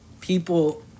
People